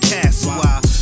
Castle